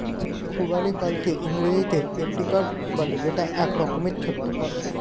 খুবানি ফলকে ইংরেজিতে এপ্রিকট বলে যেটা এক রকমের ছোট্ট ফল